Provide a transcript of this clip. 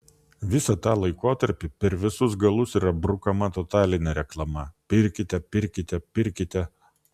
visą tą laikotarpį per visus galus yra brukama totalinė reklama pirkite pirkite pirkite